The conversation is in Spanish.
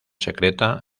secreta